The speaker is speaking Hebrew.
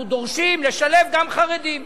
אנחנו דורשים לשלב גם חרדים.